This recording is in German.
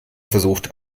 versucht